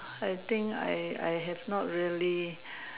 I think I I have not really